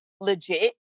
legit